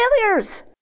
failures